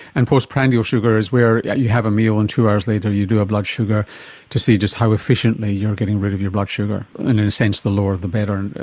and post-prandial sugar is where you have a meal and two hours later you do a blood sugar to see just how efficiently you are getting rid of your blood sugar, and in a a sense the lower the better, and